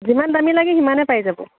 যিমান দামী লাগে সিমানেই পাই যাব